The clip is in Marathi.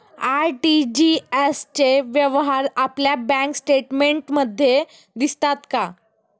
आर.टी.जी.एस चे व्यवहार आपल्या बँक स्टेटमेंटमध्ये दिसतात का?